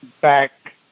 back